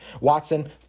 Watson